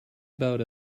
about